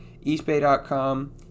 eastbay.com